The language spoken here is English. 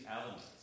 elements